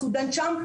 סטודנט שם,